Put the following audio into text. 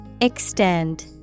Extend